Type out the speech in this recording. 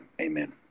Amen